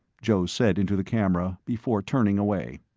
joe said into the camera, before turning away.